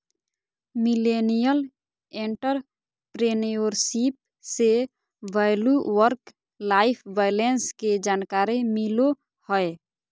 millennial entrepreneurship से value work life balance के जानकारी मिलो हय